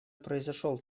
произошел